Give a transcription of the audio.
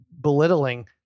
belittling